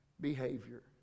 behavior